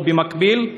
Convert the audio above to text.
או במקביל,